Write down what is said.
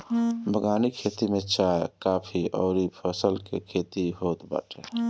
बगानी खेती में चाय, काफी अउरी फल के खेती होत बाटे